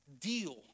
deal